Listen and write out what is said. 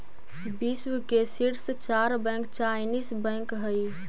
विश्व के शीर्ष चार बैंक चाइनीस बैंक हइ